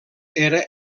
era